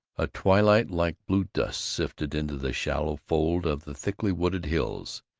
a twilight like blue dust sifted into the shallow fold of the thickly wooded hills.